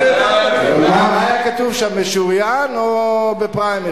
אבל מה היה כתוב שם, משוריין או בפריימריס?